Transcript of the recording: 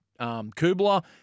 Kubler